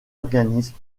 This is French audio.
organismes